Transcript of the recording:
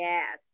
Yes